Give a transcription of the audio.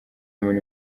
muri